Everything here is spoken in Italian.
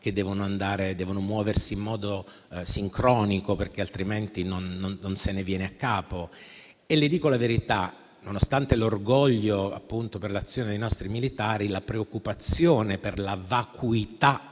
che devono muoversi in modo sincronico, altrimenti non se ne viene a capo. Le dico la verità: nonostante l'orgoglio per l'azione dei nostri militari, la preoccupazione per la vacuità